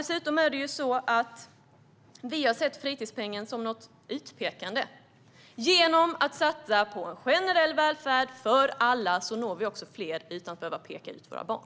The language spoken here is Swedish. Dessutom är det så att vi har sett fritidspengen som något utpekande. Genom att satsa på generell välfärd för alla når vi också fler utan att behöva peka ut våra barn.